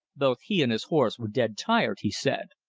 both he and his horse were dead tired, he said.